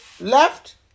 left